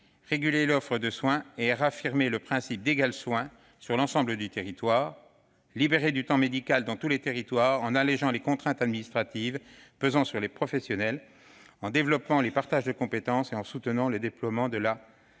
réguler l'offre de soins et réaffirmer le principe d'égal accès aux soins sur l'ensemble du territoire ; libérer du temps médical dans tous les territoires en allégeant les contraintes administratives pesant sur les professionnels, en développant les partages de compétences et en soutenant le déploiement de la